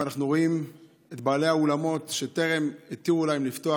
אנחנו רואים שטרם התירו לבעלי האולמות לפתוח,